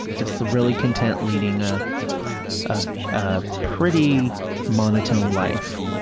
just really content leading ah ah a pretty monotone life,